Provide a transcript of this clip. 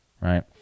right